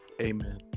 amen